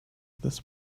this